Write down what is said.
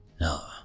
No